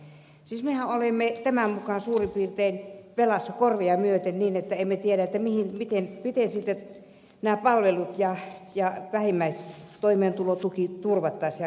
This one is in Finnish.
siis mehän olemme tämän mukaan suurin piirtein velassa korvia myöten niin että emme tiedä miten nämä palvelut ja vähimmäistoimeentulotuki turvattaisiin ja rahoitettaisiin